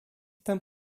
tem